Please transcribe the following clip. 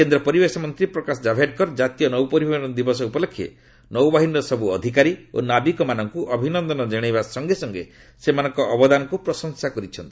କେନ୍ଦ୍ର ପରିବେଶ ମନ୍ତ୍ରୀ ପ୍ରକାଶ କାଭେଡକର କାତୀୟ ନୌପରିବହନ ଦିବସ ଉପଲକ୍ଷେ ନୌବାହିନୀର ସବୁ ଅଧିକାରୀ ଓ ନାବିକମାନଙ୍କୁ ଅଭିନନ୍ଦନ ଜଣାଇବା ସଙ୍ଗେ ସଙ୍ଗେ ସେମାନଙ୍କ ଅବଦାନକୁ ପ୍ରଶଂସା କରିଛନ୍ତି